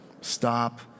Stop